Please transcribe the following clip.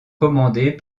commandées